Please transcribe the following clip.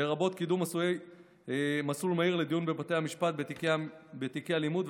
לרבות קידום מסלול מהיר לדיון בבתי המשפט בתיקי אלימות,